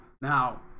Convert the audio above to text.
Now